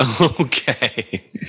Okay